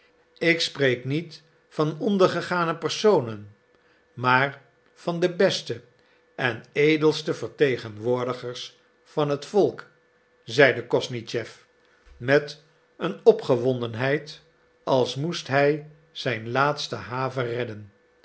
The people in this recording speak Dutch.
ik spreek niet van ondergegane personen maar van de beste en edelste vertegenwoordigers van het volk zeide kosnischew met een opgewondenheid als moest hij zijn laatste have redden